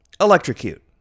Electrocute